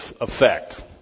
effect